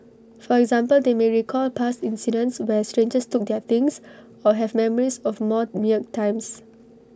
for example they may recall past incidents where strangers took their things or have memories of more meagre times